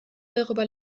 darüber